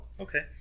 Okay